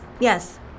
Yes